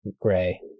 gray